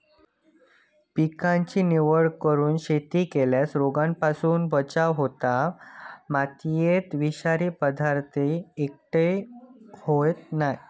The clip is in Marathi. पिकाची निवड करून शेती केल्यार रोगांपासून बचाव होता, मातयेत विषारी पदार्थ एकटय होयत नाय